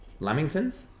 Lamingtons